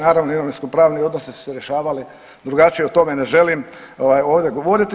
Naravno imovinskopravni odnosi su se rješavali drugačije, o tome ne želim ovdje govoriti.